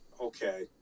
okay